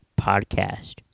Podcast